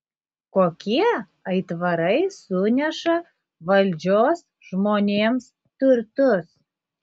kokie aitvarai suneša valdžios žmonėms turtus